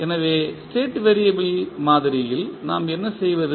எனவே state variable மாதிரியில் நாம் என்ன செய்வது